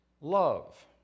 love